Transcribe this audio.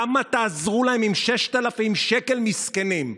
כמה תעזרו להם עם 6,000 שקל מסכנים?